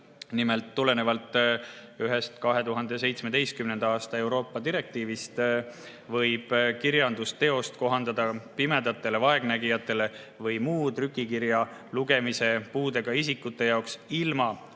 Nimelt, tulenevalt ühest 2017. aasta Euroopa [Liidu] direktiivist võib kirjandusteost kohandada pimedate, vaegnägijate või muu trükikirja lugemise puudega isikute jaoks ilma